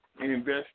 invest